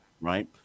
right